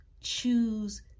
Choose